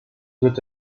wird